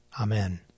Amen